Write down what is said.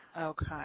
Okay